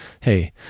Hey